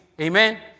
Amen